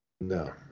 no